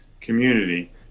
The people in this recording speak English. community